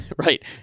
Right